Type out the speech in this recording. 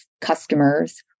customers